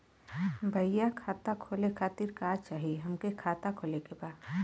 भईया खाता खोले खातिर का चाही हमके खाता खोले के बा?